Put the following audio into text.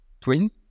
twin